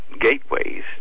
gateways